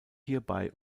hierbei